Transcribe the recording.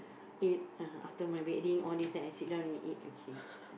eat uh after my bedding all this then I sit down and eat okay